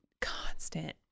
constant